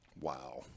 Wow